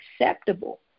acceptable